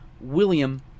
William